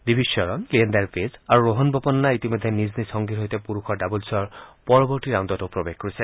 ডিভিজ খ্বৰণ লিয়েণ্ডাৰ পেজ আৰু ৰোহন বোপন্নাই ইতিমধ্যে নিজ নিজ সংগীৰ সৈতে পুৰুষৰ ডাবলছৰ পৰবৰ্তী ৰাউণ্ডত প্ৰৱেশ কৰিছে